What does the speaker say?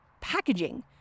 packaging